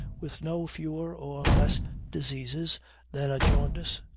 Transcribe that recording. with no fewer or less diseases than a jaundice,